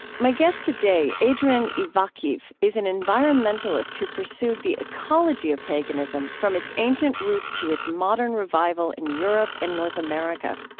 my guest today, adrian ivakhiv, is an environmentalist who pursued the ecology of paganism from its ancient roots to its modern revival in europe and north america.